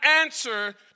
answer